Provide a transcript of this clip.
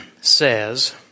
says